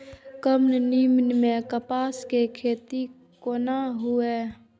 कम नमी मैं कपास के खेती कोना हुऐ?